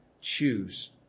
choose